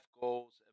goals